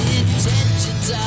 intentions